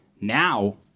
now